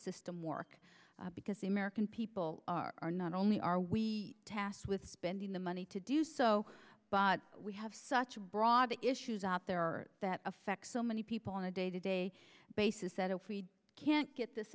system work because the american people are not only are we tasked with spending the money to do so but we have such a broad issues out there or that affects so many people on a day to day basis that if we can't get this